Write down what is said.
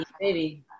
baby